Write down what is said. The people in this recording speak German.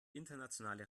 internationale